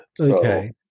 okay